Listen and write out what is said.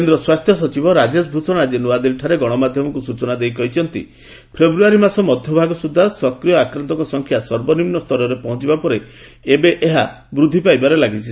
କେନ୍ଦ୍ର ସ୍ୱାସ୍ଥ୍ୟ ସଚିବ ରାଜେଶ ଭୂଷଣ ଆଜି ନୂଆଦିଲ୍ଲୀଠାରେ ଗଣମାଧ୍ମୟକୁ ସୂଚନା ଦେଇ କହିଛନ୍ତି ଫେବୃୟାରୀ ମାସ ମଧ୍ୟଭାଗ ସୁଦ୍ଧା ସକ୍ରିୟ ଆକ୍ରାନ୍ତଙ୍କ ସଂଖ୍ୟା ସର୍ବନିମ୍ବ ସ୍ତରରେ ପହଞ୍ଚିବା ପରେ ଏବେ ଏହା ବୃଦ୍ଧି ପାଇବାରେ ଲାଗିଛି